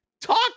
talk